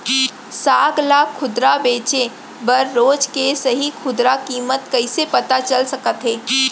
साग ला खुदरा बेचे बर रोज के सही खुदरा किम्मत कइसे पता चल सकत हे?